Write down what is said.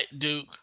Duke